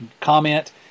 comment